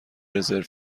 رزرو